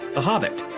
the hobbit.